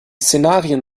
szenarien